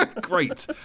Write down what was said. great